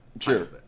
Sure